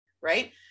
Right